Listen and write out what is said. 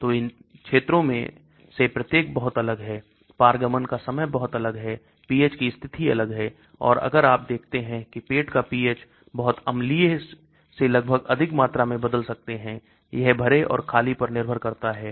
तो इन क्षेत्रों में से प्रत्येक बहुत अलग है पारगमन का समय बहुत अलग है pH की स्थिति अलग है और अगर आप देखते हैं कि पेट का pH बहुत अम्लीय से लगभग अधिक मात्रा में बदल सकते हैं यह भरे और खाली पर निर्भर करता है